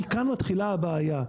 מכאן מתחילה הבעיה.